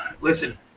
listen